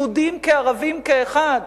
יהודים כערבים כאחד,